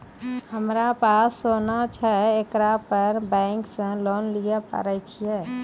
हमारा पास सोना छै येकरा पे बैंक से लोन मिले पारे छै?